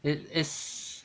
it is